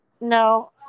No